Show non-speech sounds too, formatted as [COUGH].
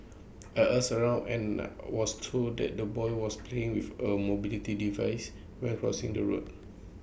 I asked around and [HESITATION] was to that the boy was playing with A mobility device when crossing the road